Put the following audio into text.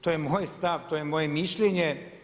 To je moj stav, to je moje mišljenje.